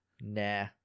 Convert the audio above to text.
Nah